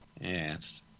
Yes